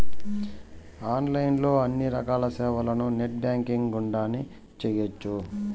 online లో అన్ని రకాల సేవలను నెట్ బ్యాంకింగ్ గుండానే చేయ్యొచ్చు